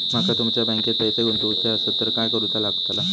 माका तुमच्या बँकेत पैसे गुंतवूचे आसत तर काय कारुचा लगतला?